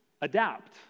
adapt